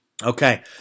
Okay